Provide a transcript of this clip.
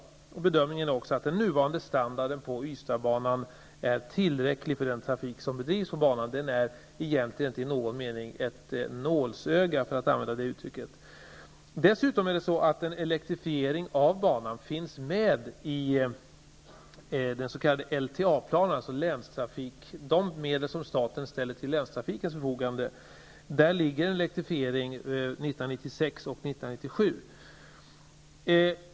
Banverket bedömer även att att den nuvarande standarden på Ystadsbanan är tillräcklig för den trafik som bedrivs på banan. Den är egentligen inte i någon mening ett nålsöga, för att använda detta uttryck. Dessutom finns en elektrifiering av banan med i den s.k. LTA-planen, alltså de medel som staten ställer till länstrafikens förfogande, och elektrifieringen skall ske 1996 och 1997.